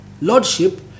lordship